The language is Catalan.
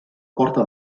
porta